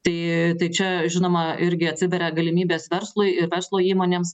tai čia žinoma irgi atsiveria galimybės verslui ir verslo įmonėms